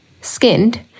skinned